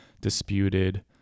disputed